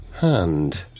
hand